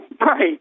Right